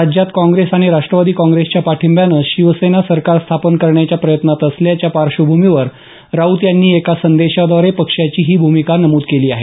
राज्यात काँग्रेस आणि राष्टवादी काँग्रेसच्या पाठिंब्यानं शिवसेना सरकार स्थापन करण्याच्या प्रयत्नात असल्याच्या पार्श्वभूमीवर राऊत यांनी एका संदेशाद्वारे पक्षाची ही भूमिका नमूद केली आहे